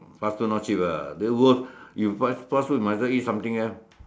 fast food not cheap ah don't worth you fast food might as well eat something else